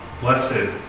blessed